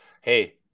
Hey